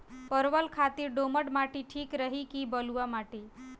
परवल खातिर दोमट माटी ठीक रही कि बलुआ माटी?